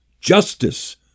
justice